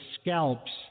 scalps